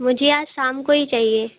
मुझे आज शाम को ही चाहिए